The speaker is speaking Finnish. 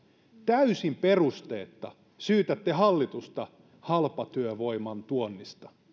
täysin perusteetta syytätte hallitusta halpatyövoiman tuonnista